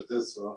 של טסלה,